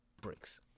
bricks